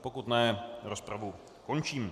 Pokud ne, rozpravu končím.